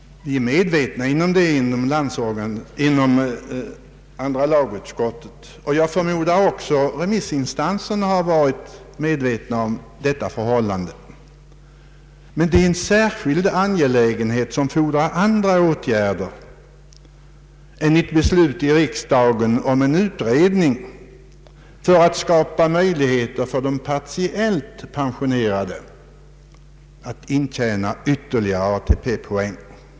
Vi är inom andra lagutskottet — och det är man förmodligen också hos remissinstanserna — medvetna om detta förhållande. Men det är en särskild angelägenhet som fordrar andra åtgärder än ett beslut i riksdagen om en utredning för att skapa möjligheter för de partiellt pensionerade att intjäna ytterligare ATP-poäng.